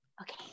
okay